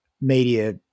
media